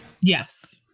Yes